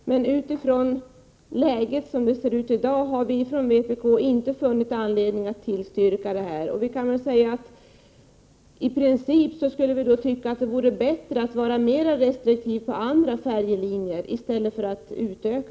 Men utifrån läget i dag har vi från vpk inte funnit anledning att tillstyrka förslaget. Vi tycker att det i princip skulle vara bättre att vara mera restriktiv även på de andra färjelinjerna.